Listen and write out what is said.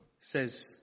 says